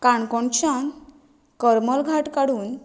काणकोणच्यान करमल घाट काडून